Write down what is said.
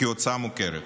כהוצאה מוכרת.